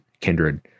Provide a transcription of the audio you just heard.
kindred